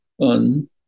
on